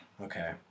Okay